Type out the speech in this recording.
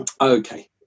Okay